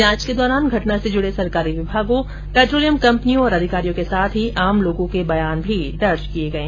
जांच के दौरान घटना से जुडे सरकारी विभागों पेट्रोलियम कम्पनियों और अधिकारियों के साथ ही आम लोगों के बयान भी दर्ज किये गये